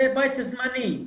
זה בית זמני.